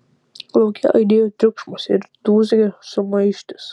lauke aidėjo triukšmas ir dūzgė sumaištis